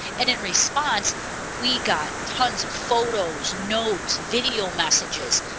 and in response we got tons of photos, notes, video messages,